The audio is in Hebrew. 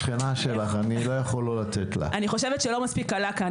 אני חושבת שלא מספיק עלה כאן,